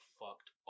fucked